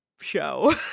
show